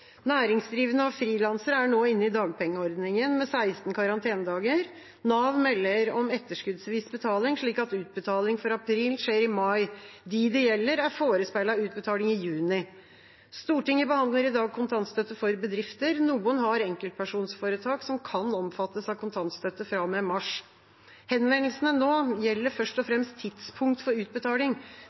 Næringsdrivende og frilansere er nå inne i dagpengeordningen med 16 karantenedager. Nav melder om etterskuddsvis betaling, slik at utbetaling for april skjer i mai. De det gjelder, er forespeilet utbetaling i juni. Stortinget behandler i dag kontantstøtte for bedrifter. Noen har enkeltpersonforetak som kan omfattes av kontantstøtte fra og med mars. Henvendelsene nå gjelder først og fremst tidspunkt for utbetaling,